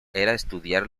estudiar